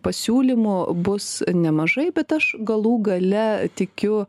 pasiūlymų bus nemažai bet aš galų gale tikiu